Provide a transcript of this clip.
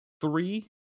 three